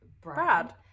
Brad